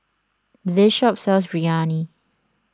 this shop sells Biryani